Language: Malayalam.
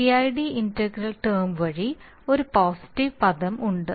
PID ഇന്റഗ്രൽ ടേം വഴി ഒരു പോസിറ്റീവ് പദം ഉണ്ട്